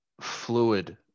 fluid